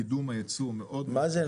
קידום הייצוא --- מה זה?